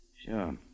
Sure